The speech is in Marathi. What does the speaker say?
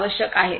आवश्यक आहे